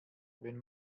wenn